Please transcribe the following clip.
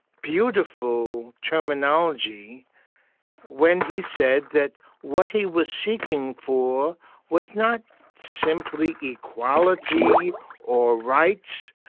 beautiful terminology when he said that what he was seeking for was not simply equality or rights,